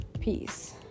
peace